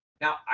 Now